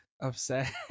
upset